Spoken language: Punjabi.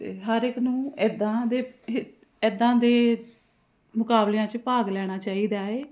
ਅਤੇ ਹਰ ਇੱਕ ਨੂੰ ਇੱਦਾਂ ਦੇ ਇ ਇੱਦਾਂ ਦੇ ਮੁਕਾਬਲਿਆਂ 'ਚ ਭਾਗ ਲੈਣਾ ਚਾਹੀਦਾ ਏ